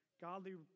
godly